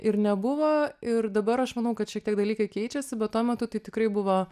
ir nebuvo ir dabar aš manau kad šiek tiek dalykai keičiasi bet tuo metu tai tikrai buvo